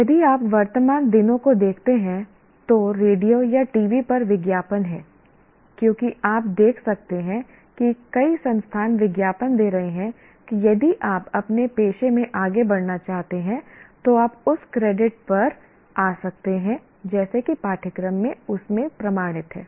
यदि आप वर्तमान दिनों को देखते हैं तो रेडियो या टीवी पर विज्ञापन हैं क्योंकि आप देख सकते हैं कि कई संस्थान विज्ञापन दे रहे हैं कि यदि आप अपने पेशे में आगे बढ़ना चाहते हैं तो आप उस क्रेडिट पर आ सकते हैं जैसे कि पाठ्यक्रम में उस में प्रमाणित है